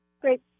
Great